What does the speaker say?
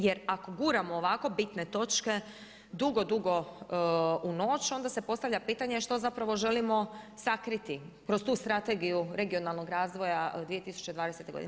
Jer, ako guramo ovako bitne točke, dugo, dugo u noć onda se postavlja pitanje što zapravo želimo sakriti kroz tu strategiju regionalnog razvoja 2020. godine.